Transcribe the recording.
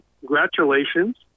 congratulations